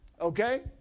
okay